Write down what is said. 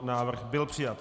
Návrh byl přijat.